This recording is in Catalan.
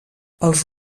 els